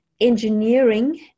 Engineering